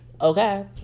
Okay